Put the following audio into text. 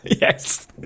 Yes